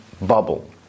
bubble